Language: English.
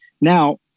Now